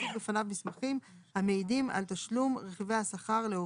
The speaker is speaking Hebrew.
להציג בפניו מסמכים המעידים על תשלום רכיבי השכר לעובדיו.